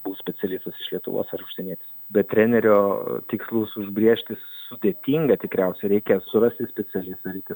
bus specialistas iš lietuvos ar užsienietis bet trenerio tikslus užbrėžti sudėtinga tikriausiai reikia surasti specialistą reikia